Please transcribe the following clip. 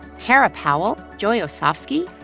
tara powell, joy osofsky.